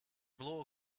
blow